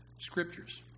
Scriptures